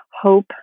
hope